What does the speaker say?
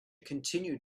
continued